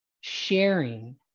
sharing